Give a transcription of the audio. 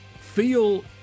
feel